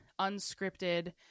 unscripted